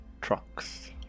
Trucks